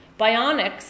Bionics